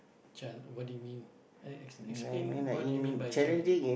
chal~ what do you mean uh ex~ explain what do you mean by challenging